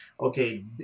okay